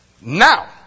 Now